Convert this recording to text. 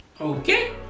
Okay